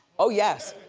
oh yes.